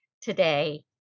today